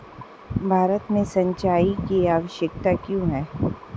भारत में सिंचाई की आवश्यकता क्यों है?